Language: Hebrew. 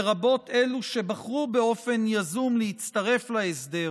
לרבות אלו שבחרו באופן יזום להצטרף להסדר,